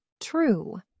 True